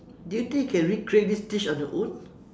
do you think you can recreate this dish on your own